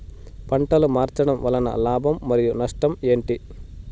పంటలు మార్చడం వలన లాభం మరియు నష్టం ఏంటి